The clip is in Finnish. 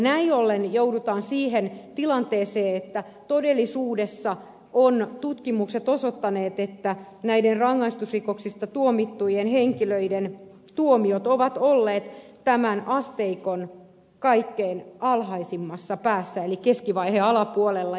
näin ollen joudutaan siihen tilanteeseen että todellisuudessa tutkimukset ovat osoittaneet että näiden raiskausrikoksista tuomittujen henkilöiden tuomiot ovat olleet tämän asteikon kaikkein alhaisimmassa päässä eli keskivaiheen alapuolella